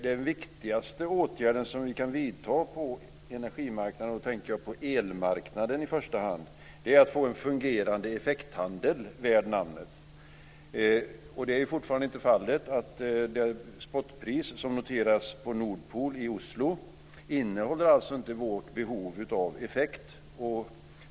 Den viktigaste åtgärden som vi kan vidta på energimarknaden - och då tänker jag i första hand på elmarknaden - gäller att få en fungerande effekthandel värd namnet. Så är fortfarande inte fallet. Det spot-pris som noteras på Nordpol i Oslo innehåller inte vårt behov av effekt.